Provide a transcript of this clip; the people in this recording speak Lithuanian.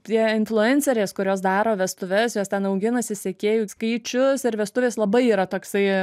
tie influencerės kurios daro vestuves jos ten auginasi sekėjų skaičius ir vestuvės labai yra toksai